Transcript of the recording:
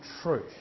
truth